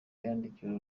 yandikiye